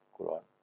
Quran